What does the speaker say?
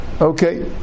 Okay